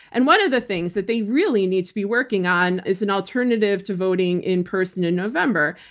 and one of the things that they really need to be working on is an alternative to voting in person in november.